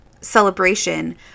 celebration